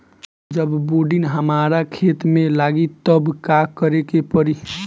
जब बोडिन हमारा खेत मे लागी तब का करे परी?